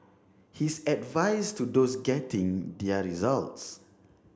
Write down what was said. his advice to those getting their results